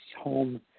home